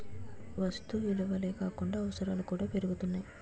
వస్తు విలువలే కాకుండా అవసరాలు కూడా పెరుగుతున్నాయి